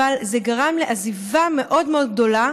אבל זה גרם לעזיבה מאוד גדולה